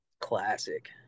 Classic